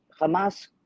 Hamas